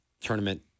Tournament